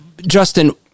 Justin